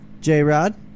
J-Rod